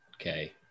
okay